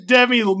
Demi